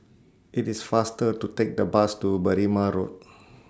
IT IS faster to Take The Bus to Berrima Road